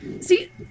See